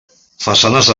façanes